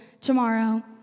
tomorrow